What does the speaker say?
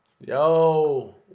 Yo